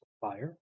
Fire